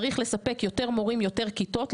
צריך לספק יותר מורים, יותר כיתות.